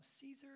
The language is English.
Caesar